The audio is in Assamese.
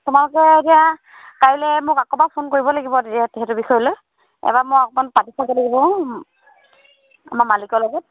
তোমালোকে এতিয়া কাইলে মোক আকৌ এবাৰ ফোন কৰিব লাগিব তেতিয়া এবাৰ মই অকমান পাতি চাব লাগিব আমাৰ মালিকৰ লগত